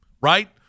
right